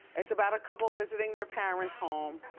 it's about a couple visiting their parents' home.